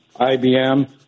IBM